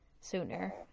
sooner